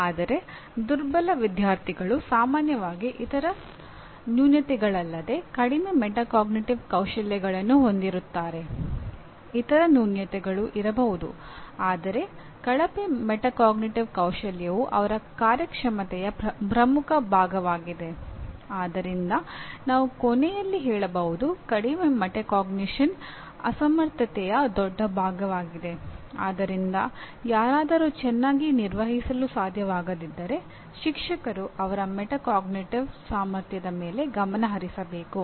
ಆದರೆ ದುರ್ಬಲ ವಿದ್ಯಾರ್ಥಿಗಳು ಸಾಮಾನ್ಯವಾಗಿ ಇತರ ನ್ಯೂನತೆಗಳಲ್ಲದೆ ಕಡಿಮೆ ಮೆಟಾಕಾಗ್ನಿಟಿವ್ ಸಾಮರ್ಥ್ಯದೆ ಮೇಲೆ ಗಮನಹರಿಸಬೇಕು